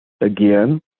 Again